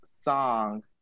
song